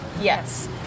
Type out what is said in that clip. yes